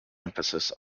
emphasis